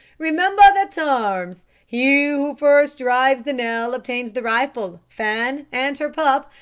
remember the terms. he who first drives the nail obtains the rifle, fan, and her pup,